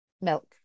milk